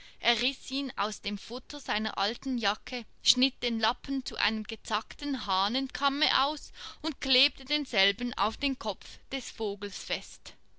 ihn aus dem futter seiner alten jacke schnitt den lappen zu einem gezackten hahnenkamme aus und klebte denselben auf den kopf des vogels fest